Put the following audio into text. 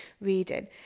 reading